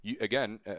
again